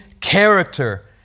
character